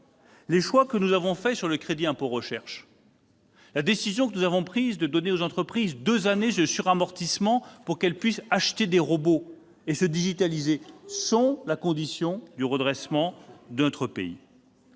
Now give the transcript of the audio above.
!... que nous avons faits sur le crédit d'impôt recherche, le CIR, la décision que nous avons prise de donner aux entreprises deux années de suramortissement pour qu'elles puissent acheter des robots et se digitaliser sont la condition du redressement de notre pays.